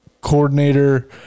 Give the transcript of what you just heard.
coordinator